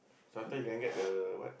so after can I get the what